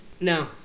No